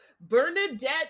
Bernadette